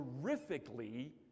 terrifically